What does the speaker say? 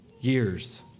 years